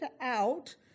out